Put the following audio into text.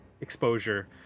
exposure